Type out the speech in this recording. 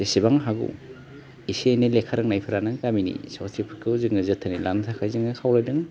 जेसेबां हागौ एसे एनै लेखा रोंनायफोरानो गामिनि सावस्रिफोरखौ जोङो जोथोनै लानो थाखाय जोङो खावलायदों